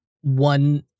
one